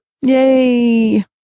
Yay